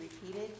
repeated